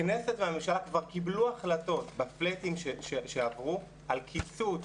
הכנסת והממשלה כבר קיבלו החלטות בפלטים שעברו על קיצוץ